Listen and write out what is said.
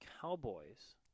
Cowboys